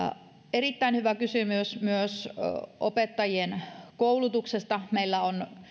erittäin hyvä kysymys myös opettajien koulutuksesta meillä on